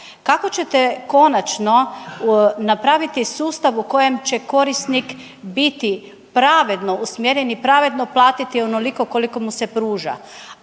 Kako ćete konačno napraviti sustav u kojem će korisnik biti pravedno usmjeren i pravedno platiti onoliko koliko mu se pruža